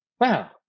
Wow